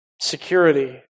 security